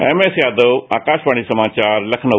MS Yadav Akashvani समाचार लखनऊ